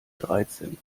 dreizehn